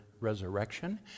resurrection